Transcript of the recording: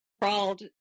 crawled